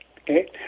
okay